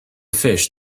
fish